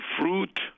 fruit